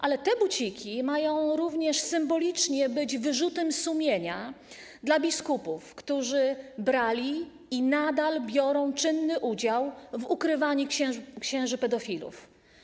Ale te buciki mają również symbolicznie być wyrzutem sumienia dla biskupów, którzy brali i nadal biorą czynny udział w ukrywaniu księży pedofilów.